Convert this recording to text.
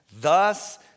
Thus